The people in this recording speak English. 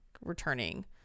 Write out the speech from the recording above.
returning